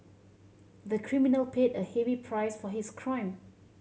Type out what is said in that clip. the criminal paid a heavy price for his crime